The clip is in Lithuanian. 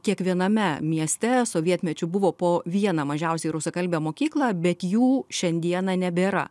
kiekviename mieste sovietmečiu buvo po vieną mažiausiai rusakalbę mokyklą bet jų šiandieną nebėra